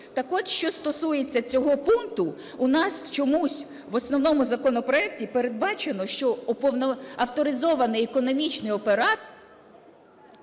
Так-от, що стосується цього пункту, у нас чомусь в основному законопроекті передбачено, що авторизований економічний....